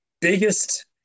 biggest